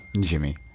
Jimmy